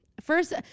First